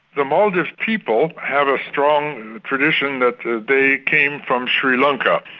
the maldives people have a strong tradition that they came from sri lanka,